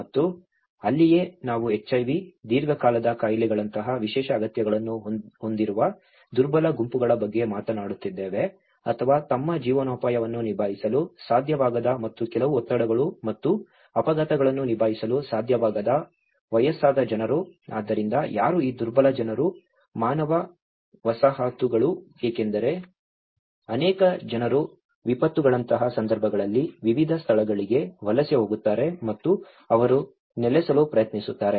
ಮತ್ತು ಅಲ್ಲಿಯೇ ನಾವು HIV ದೀರ್ಘಕಾಲದ ಕಾಯಿಲೆಗಳಂತಹ ವಿಶೇಷ ಅಗತ್ಯಗಳನ್ನು ಹೊಂದಿರುವ ದುರ್ಬಲ ಗುಂಪುಗಳ ಬಗ್ಗೆ ಮಾತನಾಡುತ್ತಿದ್ದೇವೆ ಅಥವಾ ತಮ್ಮ ಜೀವನೋಪಾಯವನ್ನು ನಿಭಾಯಿಸಲು ಸಾಧ್ಯವಾಗದ ಮತ್ತು ಕೆಲವು ಒತ್ತಡಗಳು ಮತ್ತು ಆಘಾತಗಳನ್ನು ನಿಭಾಯಿಸಲು ಸಾಧ್ಯವಾಗದ ವಯಸ್ಸಾದ ಜನರು ಆದ್ದರಿಂದ ಯಾರು ಈ ದುರ್ಬಲ ಜನರು ಮಾನವ ವಸಾಹತುಗಳು ಏಕೆಂದರೆ ಅನೇಕ ಜನರು ವಿಪತ್ತುಗಳಂತಹ ಸಂದರ್ಭಗಳಲ್ಲಿ ವಿವಿಧ ಸ್ಥಳಗಳಿಗೆ ವಲಸೆ ಹೋಗುತ್ತಾರೆ ಮತ್ತು ಅವರು ನೆಲೆಸಲು ಪ್ರಯತ್ನಿಸುತ್ತಾರೆ